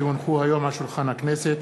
כי הונחו היום על שולחן הכנסת,